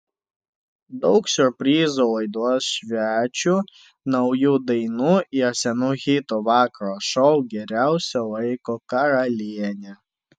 daug siurprizų laidos svečių naujų dainų ir senų hitų vakaro šou geriausio laiko karalienė